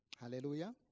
Hallelujah